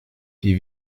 wie